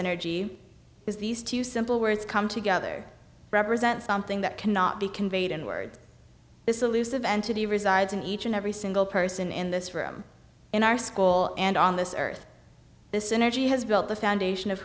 energy is these two simple words come together represent something that cannot be conveyed in words this elusive entity resides in each and every single person in this room in our school and on this earth this energy has built the foundation of